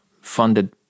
funded